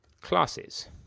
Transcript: classes